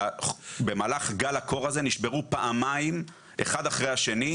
במהלך גל הקור הזה נשברו פעמיים אחד אחרי השני.